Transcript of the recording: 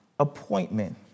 Appointment